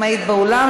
אם היית באולם,